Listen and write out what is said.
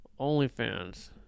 OnlyFans